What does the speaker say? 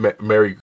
mary